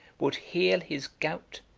would heal his gout,